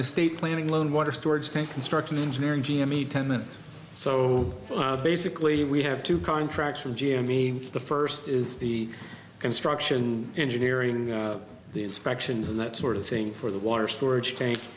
estate planning loan water storage tank construction engineering g m e ten minutes so basically we have two contracts with jamie the first is the construction engineering the inspections and that sort of thing for the water storage tank